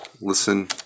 Listen